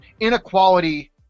inequality